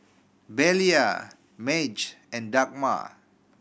Belia Madge and Dagmar